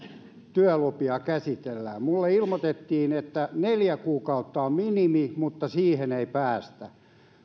työlupia käsitellään minulle ilmoitettiin että neljä kuukautta on minimi mutta siihen ei päästä